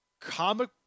comic